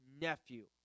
nephew